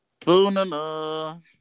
Boonana